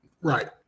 Right